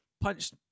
punched